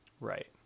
right